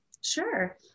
Sure